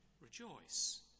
rejoice